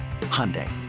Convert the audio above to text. Hyundai